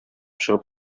чыгып